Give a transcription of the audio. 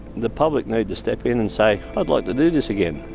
the public need to step in and say, i'd like to do this again.